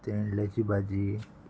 तेंडल्याची भाजी